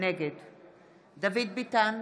נגד דוד ביטן,